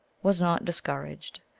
was not discouraged,